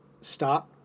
stop